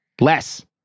less